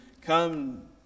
come